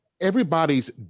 Everybody's